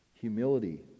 humility